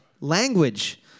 language